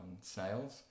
Sales